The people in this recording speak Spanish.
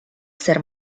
ser